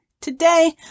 Today